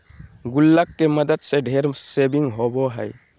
गुल्लक के मदद से ढेर सेविंग होबो हइ